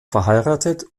verheiratet